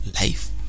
life